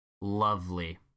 Lovely